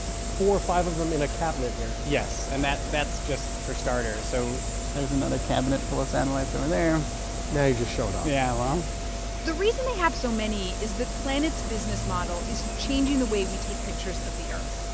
four or five of them in a cabinet here yes, and that's just for starters. so there's another cabinet full of satellites over there now you're just showing off yeah, well um the reason they have so many is that planet's business model is changing the way we take pictures of the earth.